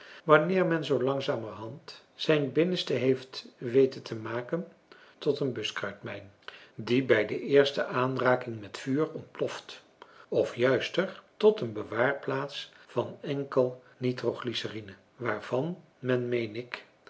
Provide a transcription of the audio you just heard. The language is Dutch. wanneer men zoo langzamerhand zijn binnenste heeft weten te maken tot een buskruitmijn die bij de eerste aanraking met vuur ontploft of juister tot een bewaarplaats van enkel nitro glycerine waarvan men meen ik